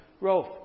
Rolf